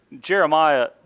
Jeremiah